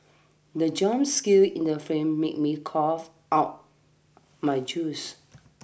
the jump scare in the film made me cough out my juice